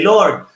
Lord